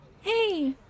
Hey